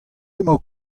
emañ